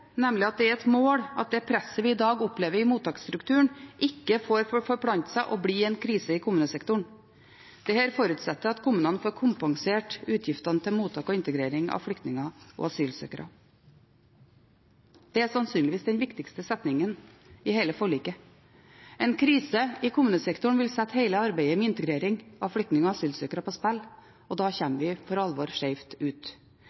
nemlig at det er et mål at det presset vi i dag opplever i mottaksstrukturen, ikke får forplante seg og bli en krise i kommunesektoren. Dette forutsetter at kommunene får kompensert utgiftene til mottak og integrering av flyktninger og asylsøkere. Det er sannsynligvis den viktigste setningen i hele forliket. En krise i kommunesektoren vil sette hele arbeidet med integrering av flyktninger og asylsøkere på spill, og da kommer vi for alvor skjevt ut.